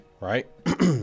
right